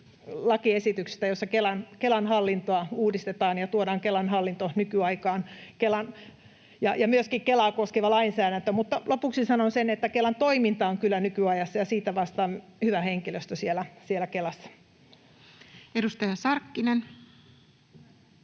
lakiesityksistä, joissa Kelan hallintoa uudistetaan ja tuodaan Kelan hallinto ja myöskin Kelaa koskeva lainsäädäntö nykyaikaan. Mutta lopuksi sanon sen, että Kelan toiminta on kyllä nykyajassa ja siitä vastaa hyvä henkilöstö siellä Kelassa. [Speech